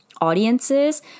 audiences